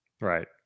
Right